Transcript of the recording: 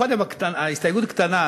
קודם ההסתייגות הקטנה,